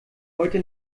heute